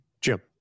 Jim